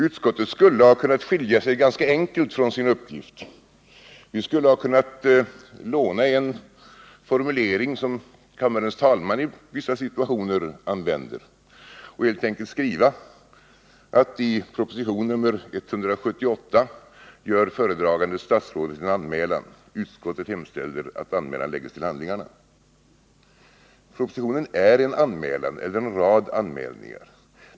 Utskottet skulle ha kunnat skilja sig ganska enkelt från sin uppgift. Vi skulle ha kunnat låna en formulering, som kammarens talman i vissa situationer använder, och helt enkelt skriva: I propositionen 178 gör föredragande statsrådet en anmälan. Utskottet hemställer att anmälan läggs till handlingarna. Propositionen är en anmälan eller rättare en rad av anmälningar.